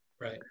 Right